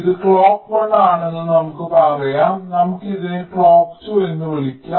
ഇത് ക്ലോക്ക് 1 ആണെന്ന് നമുക്ക് പറയാം നമുക്ക് ഇതിനെ ക്ലോക്ക് 2 എന്ന് വിളിക്കാം